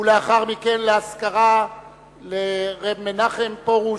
ולאחר מכן לאזכרה לרב מנחם פרוש,